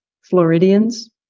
Floridians